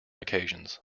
occasions